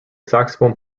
saxophone